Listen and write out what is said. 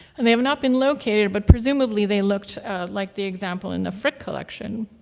and they have not been located but presumably, they looked like the example in the frick collection.